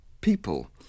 people